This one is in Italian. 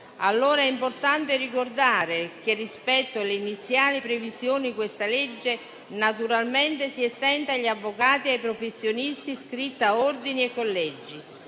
farlo. È importante ricordare che, rispetto alle iniziali previsioni, questo disegno di legge naturalmente si estende agli avvocati e ai professionisti iscritti a ordini e collegi,